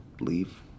leave